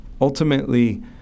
Ultimately